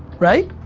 right?